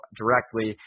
directly